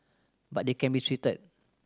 but they can be treated